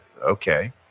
Okay